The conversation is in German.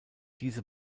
diese